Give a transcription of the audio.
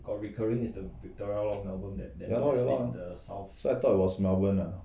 ya lor ya lor so I thought it was melbourne ah